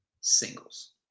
Singles